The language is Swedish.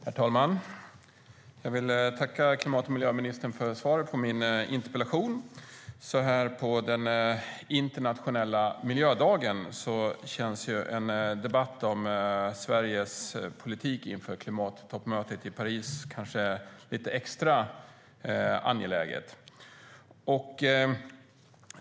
Herr talman! Jag vill tacka klimat och miljöministern för svaret på min interpellation. Så här på den internationella miljödagen känns en debatt om Sveriges politik inför klimattoppmötet i Paris lite extra angelägen.